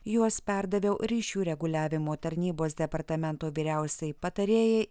juos perdaviau ryšių reguliavimo tarnybos departamento vyriausiajai patarėjai